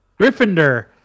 Gryffindor